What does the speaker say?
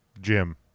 Jim